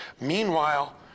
Meanwhile